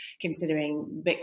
considering